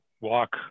walk